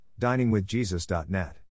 DiningWithJesus.net